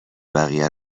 بقیه